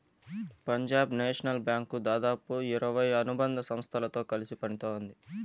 Punjab national bank దాదాపు ఇరవై అనుబంధ సంస్థలతో కలిసి పనిత్తోంది